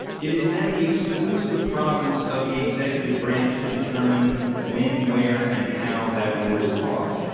it is then the exclusive province of the executive branch to determine when, where, and how that war is fought.